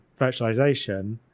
virtualization